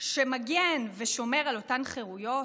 שמגן ושומר על אותן חירויות